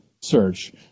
search